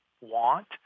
want